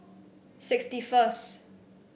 sixty first